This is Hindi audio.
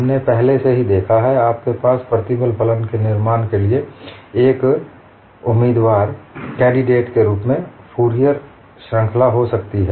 हमने पहले से ही देखा है आपके पास प्रतिबल फलन के निर्माण के लिए एक उम्मीदवार के रूप में फूरियर श्रृंखला हो सकती है